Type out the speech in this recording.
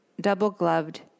double-gloved